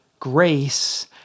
grace